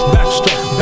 Backstroke